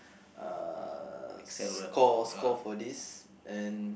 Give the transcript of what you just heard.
uh score score for this and